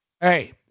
Hey